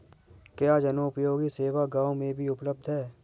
क्या जनोपयोगी सेवा गाँव में भी उपलब्ध है?